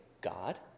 God